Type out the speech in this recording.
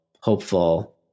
hopeful